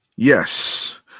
yes